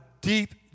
deep